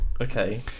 Okay